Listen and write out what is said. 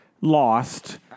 lost